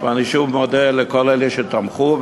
ואני שוב מודה לכל אלה שתמכו,